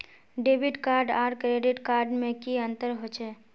Debit card आर credit card में की अंतर होचे?